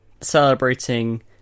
celebrating